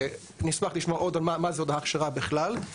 נשמח לשמוע עוד על ההכשרה בכלל,